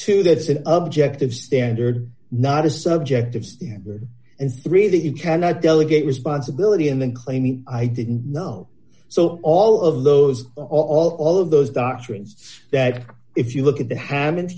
to that is an objective standard not a subjective standard and three that you cannot delegate responsibility and then claiming i didn't know so all of those all of those doctrines that if you look at the ha